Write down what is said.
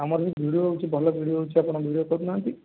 ଆମର ବି ଭିଡ଼ିଓ ହେଉଛି ଭଲ ଭିଡ଼ିଓ ହେଉଛି ଆପଣ ଭିଡ଼ିଓ କରୁନାହାନ୍ତି